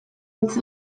hitz